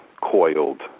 coiled